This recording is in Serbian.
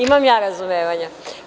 Imam ja razumevanja.